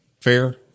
Fair